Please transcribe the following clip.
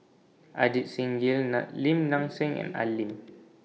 Ajit Singh Gill Lim Nang Seng and Al Lim